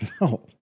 no